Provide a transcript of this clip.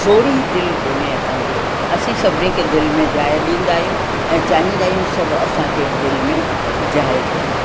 सोड़हीं दिलि कोन्हे असां जी असीं सभिनी खे दिलि में जाइ ॾींदा आहियूं ऐं चाहींदा आहियूं सभु असां खे बि दिलि में जाइ ॾियनि